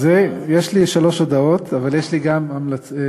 יש לי שלוש הודעות, אבל יש לי גם הצבעה.